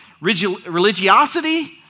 religiosity